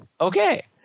Okay